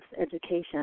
education